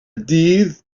dydd